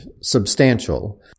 substantial